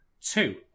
Two